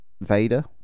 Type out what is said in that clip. vader